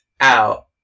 out